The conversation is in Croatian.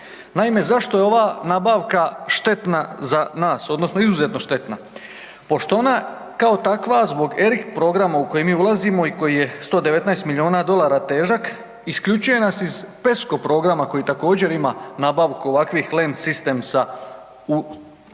Naime, zašto je ova nabavka štetna za nas, odnosno izuzetno štetna? Pošto ona kao takva zbog ERIC programa u koji mi ulazimo i koji je 119 miliona dolara težak isključuje nas iz PESCO programa koji također ima nabavku ovakvih LEM systems-a u svom